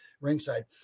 ringside